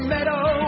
Meadow